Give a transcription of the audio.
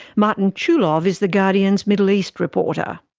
martin chulov is the guardian's middle east reporter.